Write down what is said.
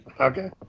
Okay